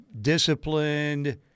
disciplined